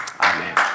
Amen